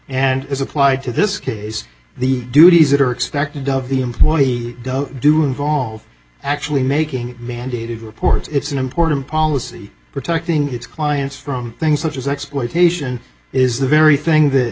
and as applied to this case the duties that are expected of the employee do involve actually making mandated reports it's an important policy protecting its clients from things such as exploitation is the very thing that